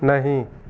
नहीं